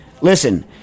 listen